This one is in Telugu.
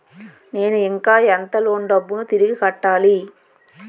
నేను ఇంకా ఎంత లోన్ డబ్బును తిరిగి కట్టాలి?